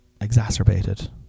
exacerbated